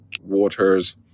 waters